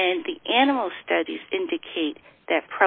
and the animal studies indicate that